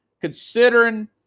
considering